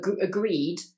agreed